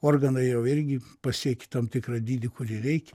organai jau irgi pasiekė tam tikrą dydį kurį reikia